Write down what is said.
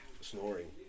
snoring